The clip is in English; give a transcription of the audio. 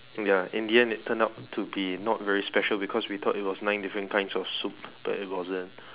ya in the end it turn out to be not very special because we thought it was nine different kinds of soup but it wasn't